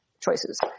choices